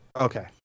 Okay